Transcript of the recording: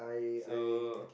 so